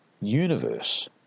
universe